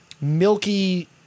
milky